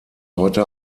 heute